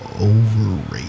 Overrated